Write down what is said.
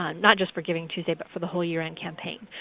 um not just for givingtuesday but for the whole year-end campaign.